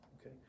okay